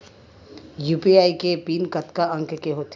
UPI के PIN कतका अंक के होथे?